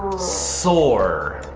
sore.